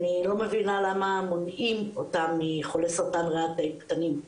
אני לא מבינה למה מונעים אותה מחולי סרטן ריאה תאים קטנים,